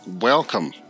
welcome